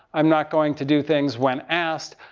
i'm not going to do things when asked.